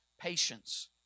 patience